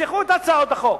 תמשכו את הצעות החוק.